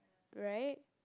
right